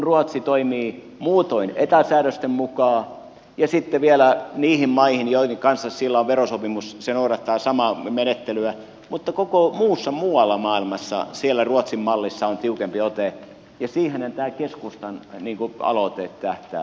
ruotsi toimii muutoin eta säädösten mukaan ja sitten vielä niiden maiden suhteen joiden kanssa sillä on verosopimus se noudattaa samaa menettelyä mutta koko muuhun maailmaan siellä ruotsin mallissa on tiukempi ote ja siihenhän tämä keskustan aloite tähtää